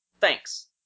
Thanks